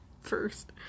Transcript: first